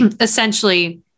essentially